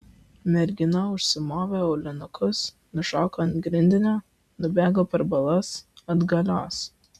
mergina užsimovė aulinukus nušoko ant grindinio nubėgo per balas atgalios